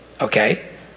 okay